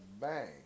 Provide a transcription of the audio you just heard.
bang